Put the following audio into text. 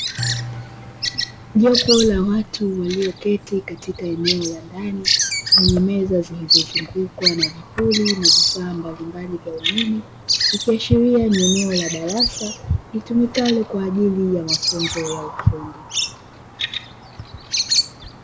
Jopo la watu walioketi katika eneo la ndani lenye meza zilizozungukwa na vipuli na vifaa mbalimbali vya umeme, ikiashiria ni eneo la darasa litumikalo kwa ajili ya mafunzo ya ufundi.